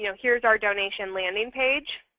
you know here's our donation landing page.